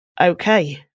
okay